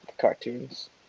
Cartoons